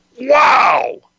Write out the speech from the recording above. wow